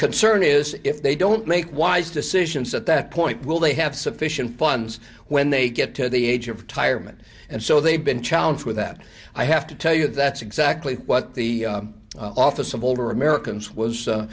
concern is if they don't make wise decisions at that point will they have sufficient funds when they get to the age of tyrant and so they've been challenge with that i have to tell you that's exactly what the office of older americans was